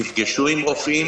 נפגשו עם רופאים.